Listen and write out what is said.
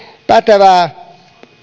pätevää